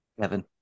Kevin